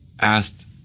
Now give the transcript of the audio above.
asked